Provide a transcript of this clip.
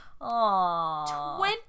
Aww